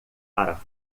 para